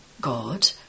God